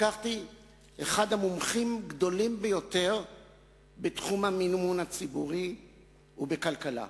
לקחתי את אחד המומחים הגדולים ביותר בתחום המימון הציבורי ובכלכלה,